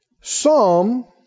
Psalm